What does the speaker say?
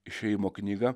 išėjimo knyga